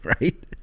right